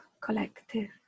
collective